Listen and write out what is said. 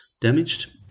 damaged